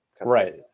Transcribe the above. Right